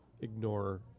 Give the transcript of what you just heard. ignore